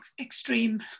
extreme